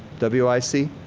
w i c?